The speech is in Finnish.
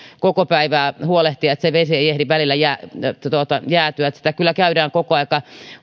koko päivää huolehtia että se vesi ei ehdi välillä jäätyä sitä kyllä käydään koko ajan